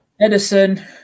Edison